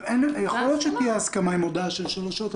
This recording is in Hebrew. יכול להיות שתהיה הסכמה עם הודעה של שלוש שעות,